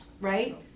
right